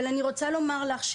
אבל אני רוצה לומר לך,